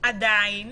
עדיין